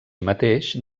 mateix